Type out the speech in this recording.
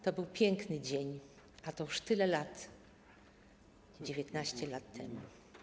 To był piękny dzień, a to już tyle lat - 19 lat temu.